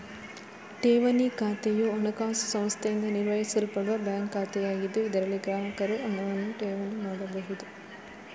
ಠೇವಣಿ ಖಾತೆಯು ಹಣಕಾಸು ಸಂಸ್ಥೆಯಿಂದ ನಿರ್ವಹಿಸಲ್ಪಡುವ ಬ್ಯಾಂಕ್ ಖಾತೆಯಾಗಿದ್ದು, ಇದರಲ್ಲಿ ಗ್ರಾಹಕರು ಹಣವನ್ನು ಠೇವಣಿ ಮಾಡಬಹುದು